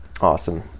Awesome